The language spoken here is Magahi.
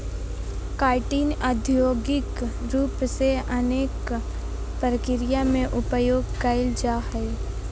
काइटिन औद्योगिक रूप से अनेक प्रक्रिया में उपयोग कइल जाय हइ